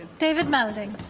david melding